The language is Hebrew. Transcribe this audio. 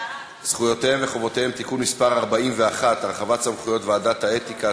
זכויותיהם וחובותיהם (תיקון מס' 41) (הרחבת סמכויות ועדת האתיקה),